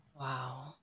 wow